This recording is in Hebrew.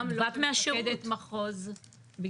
גם לא כמפקדת מחוז,